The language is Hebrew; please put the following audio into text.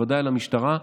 ובוודאי למשטרה,